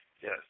Yes